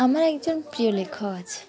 আমার একজন প্রিয় লেখক আছে